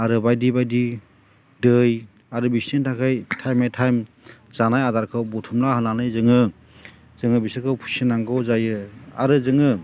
आरो बायदि बायदि दै आरो बिसोरनि थाखाय टाइम बाय टाइम जानाय आदारखौ बुथुमना होनानै जोङो बिसोरखौ फिसिनांगौ जायो आरो जोङो